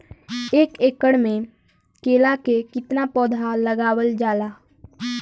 एक एकड़ में केला के कितना पौधा लगावल जाला?